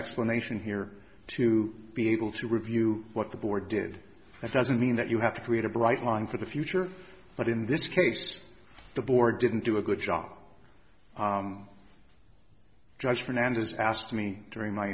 explanation here to be able to review what the board did it doesn't mean that you have to create a bright line for the future but in this case the board didn't do a good job judge fernandez asked me during my